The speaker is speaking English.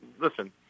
listen